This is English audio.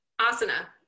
asana